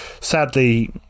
sadly